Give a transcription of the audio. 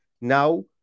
now